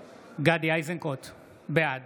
(קורא בשמות חברי הכנסת) גדי איזנקוט, בעד